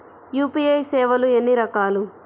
UPI సేవలు ఎన్నిరకాలు?